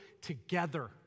together